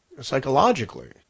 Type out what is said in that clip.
psychologically